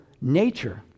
nature